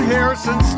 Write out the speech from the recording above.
Harrison